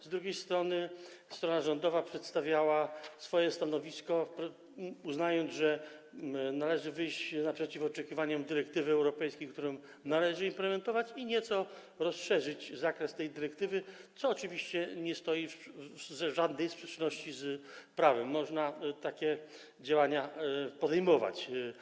Z drugiej strony strona rządowa przedstawiała swoje stanowisko, uznając, że należy wyjść naprzeciw oczekiwaniom dyrektywy europejskiej, którą należy implementować, a nawet nieco rozszerzyć zakres tej dyrektywy, co oczywiście nie stoi w sprzeczności z prawem, można takie działania podejmować.